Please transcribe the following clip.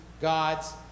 God's